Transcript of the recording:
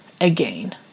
again